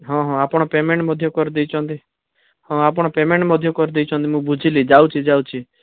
ହଁ ହଁ ଆପଣ ପେମେଣ୍ଟ ମଧ୍ୟ କରିଦେଇଛନ୍ତି ହଁ ଆପଣ ପେମେଣ୍ଟ ମଧ୍ୟ କରିଦେଇଛନ୍ତି ମୁଁ ବୁଝିଲି ଯାଉଛି ଯାଉଛି